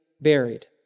buried